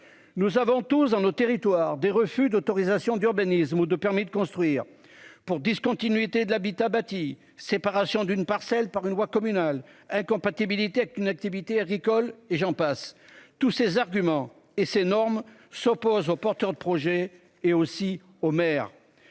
Nous savons tous dans nos territoires des refus d'autorisations d'urbanisme ou de permis de construire pour discontinuité de l'habitat bâti séparation d'une parcelle par une voie communale incompatibilité avec une activité agricole et j'en passe, tous ces arguments et ces normes s'oppose aux porteurs de projets et aussi au maire,